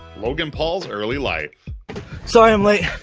logan paul's early life so and like